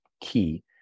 key